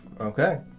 Okay